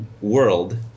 world